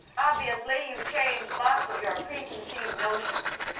obviously you've changed lots of your preconceived notions,